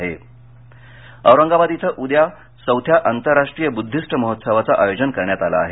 महोत्सव औरंगाबाद औरंगाबाद इथं उद्या चौथ्या आंतरराष्ट्रीय बुद्वीस्ट महोत्सवाचं आयोजन करण्यात आलं आहे